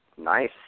Nice